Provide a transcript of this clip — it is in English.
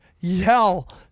yell